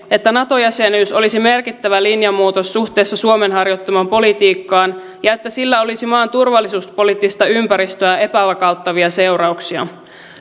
että nato jäsenyys olisi merkittävä linjanmuutos suhteessa suomen harjoittamaan politiikkaan ja että sillä olisi maan turvallisuuspoliittista ympäristöä epävakauttavia seurauksia